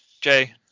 Jay